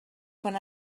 quan